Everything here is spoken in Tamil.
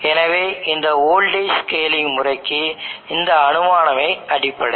எனவே இந்த வோல்டேஜ் ஸ்கேலிங் முறைக்கு இந்த அனுமானமே அடிப்படை